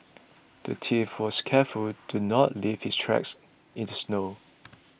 the thief was careful to not leave his tracks in the snow